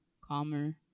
calmer